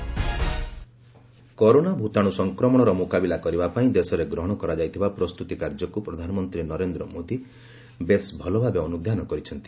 corona virus କରୋନା ଭୂତାଣୁ ସଂକ୍ରମଣର ମୁକାବିଲା କରିବା ପାଇଁ ଦେଶରେ ଗ୍ରହଣ କରାଯାଇଥିବା ପ୍ରସ୍ତୁତି କାର୍ଯ୍ୟକୁ ପ୍ରଧାନମନ୍ତ୍ରୀ ନରେନ୍ଦ୍ର ମୋଦି ବେଶ୍ ଭଲଭାବେ ଅନୁଧ୍ୟାନ କରିଛନ୍ତି